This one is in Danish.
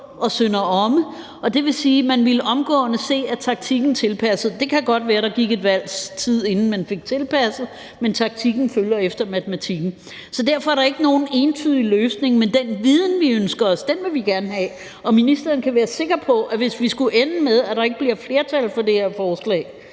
og Sønder Omme. Det vil sige, at man omgående ville se, at taktikken tilpassede sig. Det kan godt være, der ville gå et valgs tid, inden man fik tilpasset den, men taktikken følger efter matematikken. Derfor er der ikke nogen entydig løsning. Men den viden, der efterspørges, vil vi gerne have, og ministeren kan være sikker på, at hvis vi skulle ende med, at der ikke bliver flertal for det her forslag,